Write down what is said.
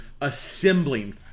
assembling